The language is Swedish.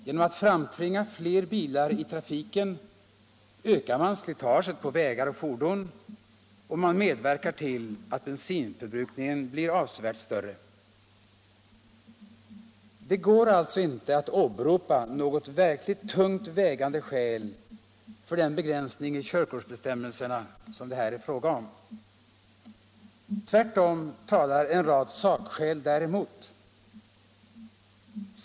Genom att framtvinga fler bilar i trafiken ökar man slitaget på vägar och fordon, och man medverkar till att bensinförbrukningen blir avsevärt större. Det går alltså inte att åberopa något verkligt tungt vägande skäl för den begränsning i körkortsbestämmelserna som det här är fråga om. Tvärtom talar en rad sakskäl däremot.